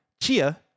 Chia